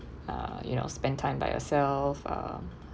uh you know spend time by yourself um